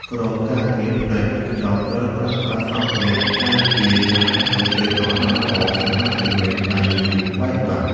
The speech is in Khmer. ក្រុមការងារផ្នែកវេចខ្ចប់ត្រូវប្រើប្រាស់សម្ភារការពារការប៉ះទង្គិចឱ្យបានល្អសម្រាប់ទំនិញដែលងាយបែកបាក់។